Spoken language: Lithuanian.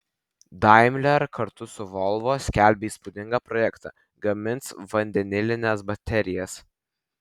daimler kartu su volvo skelbia įspūdingą projektą gamins vandenilines baterijas